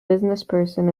businessperson